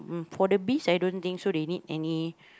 for the bees I don't think so they need any